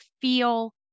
feel